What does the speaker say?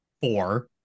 four